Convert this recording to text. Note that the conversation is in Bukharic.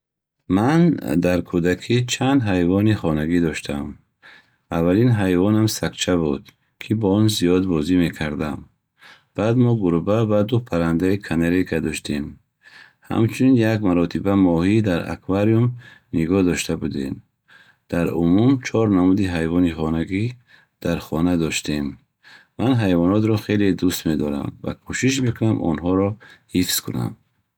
Ман дар кӯдакӣ чанд ҳайвони хонагӣ доштам. Аввалин ҳайвонам сагча буд, ки бо он зиёд бозӣ мекардам. Баъд мо гурба ва ду паррандаи канарейка доштем. Ҳамчунин, як маротиба моҳӣ дар аквариум нигоҳ дошта будем. Дар умум, чор намуди ҳайвони хонагӣ дар хона доштем. Ман ҳайвонотро хеле дӯст медорам ва кӯшиш мекунам, ки онҳоро ҳифз кунам.